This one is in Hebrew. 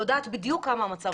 ואני יודעת בדיוק כמה המצב נורא.